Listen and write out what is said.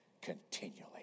continually